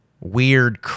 weird